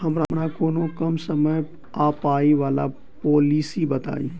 हमरा कोनो कम समय आ पाई वला पोलिसी बताई?